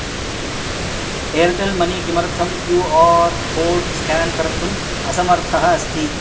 Airtel money किमर्थं Q R code scan कर्तुम् असमर्थः अस्ति